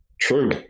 True